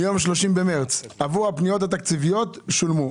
מיום 30 במרץ, עבור הפניות התקציביות שולמו.